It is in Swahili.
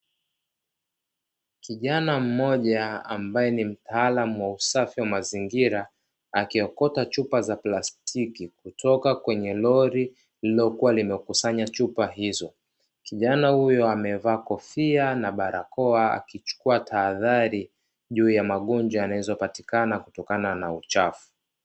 Kijana mmoja ambaye ni mtaalamu wa usafi wa mazingira, akiokota chupa za plastiki kutoka kwenye lori lililokuwa limekusanya chupa hizo. Kijana huyo amevaa kofia na barakoa akichukua tahadhari, juu ya magonjwa yanayoweza kupatikana kutokana na uchafu.